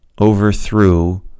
overthrew